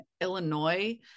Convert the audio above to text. Illinois